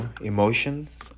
emotions